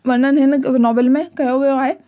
Vernon हिन novel में कयो वियो आहे